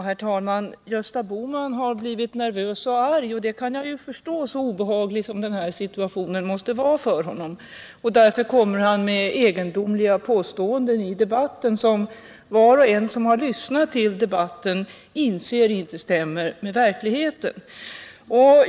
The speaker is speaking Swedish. Herr talman! Gösta Bohman har blivit nervös och arg, och det kan jag förstå, så obehaglig som den här situationen måste vara för honom. Därför kommer han också med egendomliga påståenden i debatten, som var och en som lyssnat inser inte kan stämma med verkligheten.